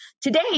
Today